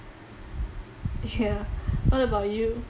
ya what about you